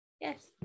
yes